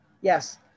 Yes